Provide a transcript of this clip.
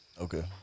Okay